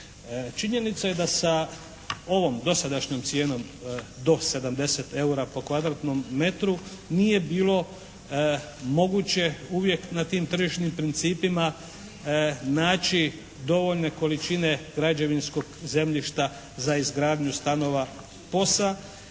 Činjenica je da sa ovom dosadašnjom cijenom do 70 EUR-a po kvadratnom metru nije bilo moguće uvijek na tim tržišnim principima naći dovoljne količine građevinskog zemljišta za izgradnju stanova POS-a